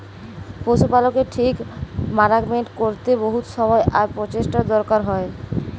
পশু পালকের ঠিক মানাগমেন্ট ক্যরতে বহুত সময় আর পরচেষ্টার দরকার হ্যয়